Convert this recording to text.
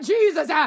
Jesus